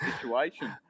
situation